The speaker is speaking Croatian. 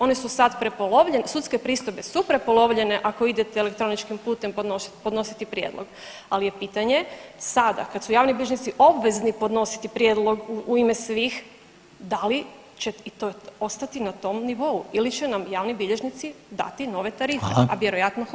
One su sad prepolovljene, sudske pristojbe su prepolovljene ako idete elektroničkim putem podnositi prijedlog, ali je pitanje sada kada su javni bilježnici obvezni podnositi prijedlog u ime svih da li i to ostati na tom nivou ili će nam javni bilježnici dati nove tarife, [[Upadica Reiner: Hvala.]] a vjerojatno hoće.